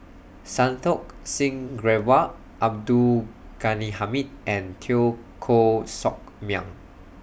Santokh Singh Grewal Abdul Ghani Hamid and Teo Koh Sock Miang